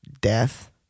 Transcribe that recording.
death